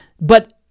but-